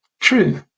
True